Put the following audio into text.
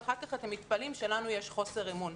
ואחר כך אתם מתפלאים שלנו יש חוסר אמון.